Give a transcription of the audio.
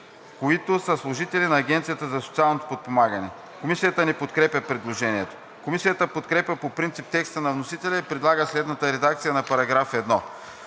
„които са служители на Агенцията за социално подпомагане“.“ Комисията не подкрепя предложението. Комисията подкрепя по принцип текста на вносителя и предлага следната редакция на § 1: „§ 1.